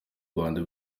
rwanda